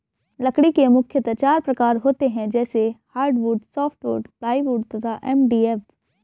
लकड़ी के मुख्यतः चार प्रकार होते हैं जैसे हार्डवुड, सॉफ्टवुड, प्लाईवुड तथा एम.डी.एफ